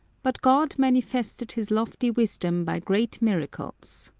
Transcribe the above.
but god manifested his lofty wisdom by great miracles.